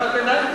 קריאת ביניים